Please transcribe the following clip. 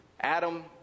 Adam